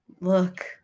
look